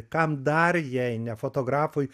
kam dar jei ne fotografui